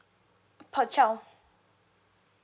per child